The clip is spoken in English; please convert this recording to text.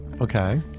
Okay